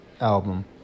album